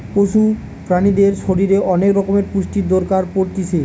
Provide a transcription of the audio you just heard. পশু প্রাণীদের শরীরের অনেক রকমের পুষ্টির দরকার পড়তিছে